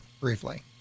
briefly